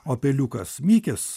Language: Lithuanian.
o peliukas mikis